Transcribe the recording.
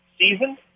season